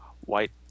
White